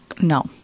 No